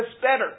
better